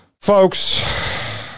Folks